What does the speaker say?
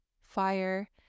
fire